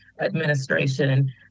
administration